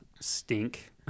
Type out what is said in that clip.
stink